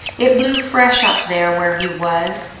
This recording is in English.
it blew fresh up there where he was,